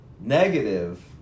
negative